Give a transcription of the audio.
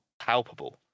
Palpable